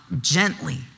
gently